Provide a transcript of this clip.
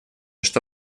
что